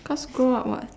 cause grow up [what]